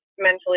mentally